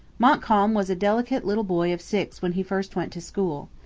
montcalm was a delicate little boy of six when he first went to school.